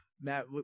Matt